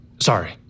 Sorry